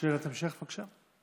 שאלת המשך, בבקשה.